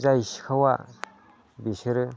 जाय सिखावा बिसोरो